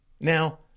Now